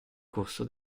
corso